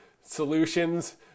solutions